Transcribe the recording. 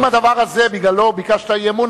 אם הדבר הזה בגללו ביקשת אי-אמון,